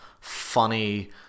funny